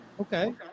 okay